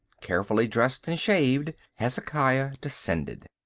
carefully dressed and shaved, hezekiah descended.